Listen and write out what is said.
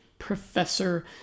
Professor